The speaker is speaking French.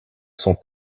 sont